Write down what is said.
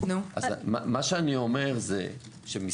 מה שאני אומר זה,